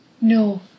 No